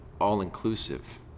all-inclusive